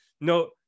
No